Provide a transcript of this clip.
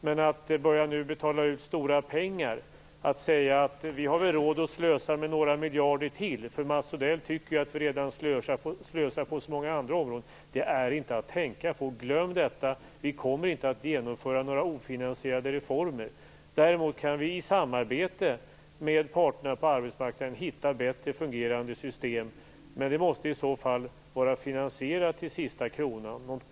Men att nu börja betala ut stora pengar, att säga att vi väl har råd att slösa med några miljarder till, för Mats Odell tycker ju att vi redan slösar på så många andra områden, är inte att tänka på. Glöm detta! Vi kommer inte att genomföra några ofinansierade reformer. Däremot kan vi i samarbete med parterna på arbetsmarknaden hitta bättre fungerande system. Men det måste i så fall vara finansierat till sista kronan.